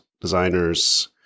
designers